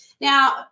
now